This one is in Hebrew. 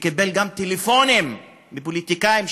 וקיבל גם טלפונים מפוליטיקאים,